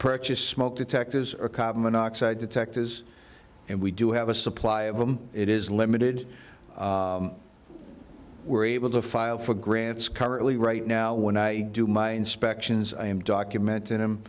purchase smoke detectors or monoxide detectors and we do have a supply of them it is limited we're able to file for grants currently right now when i do my inspections i am document